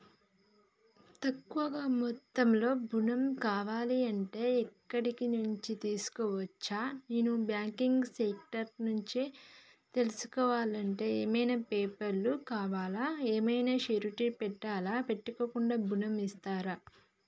తక్కువ మొత్తంలో ఋణం కావాలి అంటే ఎక్కడి నుంచి తీసుకోవచ్చు? నాన్ బ్యాంకింగ్ సెక్టార్ నుంచి తీసుకోవాలంటే ఏమి పేపర్ లు కావాలి? ఏమన్నా షూరిటీ పెట్టాలా? పెట్టకుండా ఋణం ఇస్తరా?